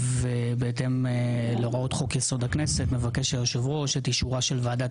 ובהתאם להוראות חוק-יסוד: הכנסת מבקש היושב ראש את אישורה של ועדת